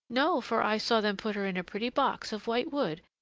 no, for i saw them put her in a pretty box of white wood,